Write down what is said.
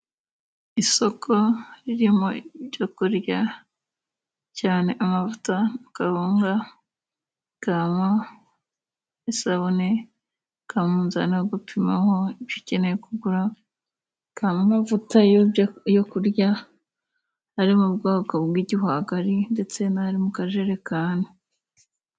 Isoko ririmo ibyo kurya cyane amavuta, kahunga, hakabamo isabune, hakabamo umunzani wo gupimaho ibyo ukeneye kugura, hakabamo amavuta yo kurya ari mu bwoko bw'igihwagari ndetse n'ari mu kajerekani.